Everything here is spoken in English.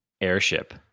airship